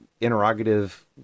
interrogative